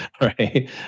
right